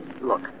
Look